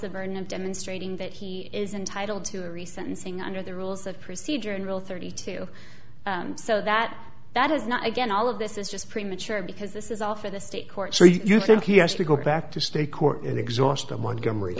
the burden of demonstrating that he is entitled to a recent thing under the rules of procedure and rule thirty two so that that is not again all of this is just premature because this is all for the state court so you think he has to go back to state court and exhaust the montgomery